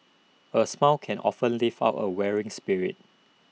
A smile can often lift up A weary spirit